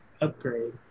upgrade